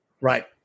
Right